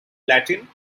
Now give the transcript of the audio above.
latin